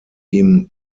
ihm